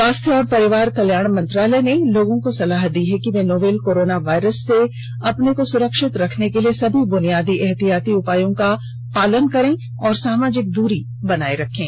स्वास्थ्य और परिवार कल्याण मंत्रालय ने लोगों को सलाह दी है कि वे नोवल कोरोना वायरस से अपने को सुरक्षित रखने के लिए सभी बुनियादी एहतियाती उपायों का पालन करें और सामाजिक दूरी बनाए रखें